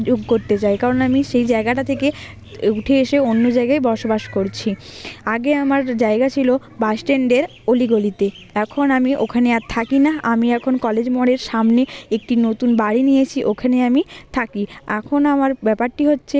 যোগ করতে চাই কারণ আমি সেই জায়গাটা থেকে উঠে এসে অন্য জায়গায় বসবাস করছি আগে আমার জায়গা ছিলো বাস স্ট্যান্ডের অলিগলিতে এখন আমি ওখানে আর থাকি না আমি এখন কলেজ মোড়ের সামনে একটি নতুন বাড়ি নিয়েছি ওখানে আমি থাকি এখন আমার ব্যাপারটি হচ্ছে